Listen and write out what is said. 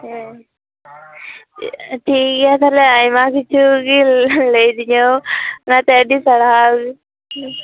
ᱦᱮᱸ ᱴᱷᱤᱠ ᱜᱮᱭᱟ ᱛᱟᱦᱚᱞᱮ ᱟᱭᱢᱟ ᱠᱤᱪᱷᱩᱜᱮ ᱞᱟᱹᱭ ᱟᱫᱤᱧᱟᱢ ᱛᱚ ᱚᱱᱟᱛᱮ ᱟᱹᱰᱤ ᱥᱟᱨᱦᱟᱣ